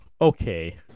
okay